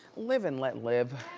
live and let live.